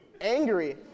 angry